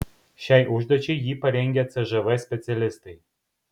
šiai užduočiai jį parengę cžv specialistai